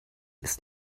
ist